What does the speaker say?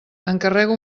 encarrego